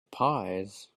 pies